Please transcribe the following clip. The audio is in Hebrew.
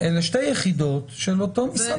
לא,